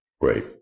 Great